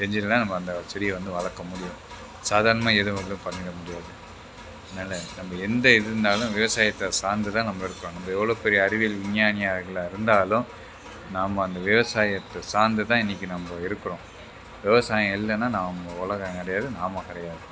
தெரிஞ்சுட்டு தான் நம்ம அந்த செடியை வந்து வளர்க்க முடியும் சாதாரணமாக எதுவும் வந்து பண்ணிவிட முடியாது அதனால நம்ம எந்த இது இருந்தாலும் விவசாயத்தை சார்ந்து தான் நம்ம இருக்கோம் நம்ம எவ்வளோ பெரிய அறிவியல் விஞ்ஞானியார்களாக இருந்தாலும் நாம் அந்த விவசாயத்தை சார்ந்து தான் இன்றைக்கி நம்ம இருக்கிறோம் விவசாயம் இல்லைனா நம்ம உலகம் கிடையாது நாம் கிடையாது